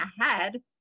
ahead